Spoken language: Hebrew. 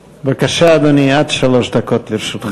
בבקשה, אדוני, עד שלוש דקות לרשותך.